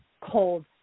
cold